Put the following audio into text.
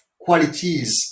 qualities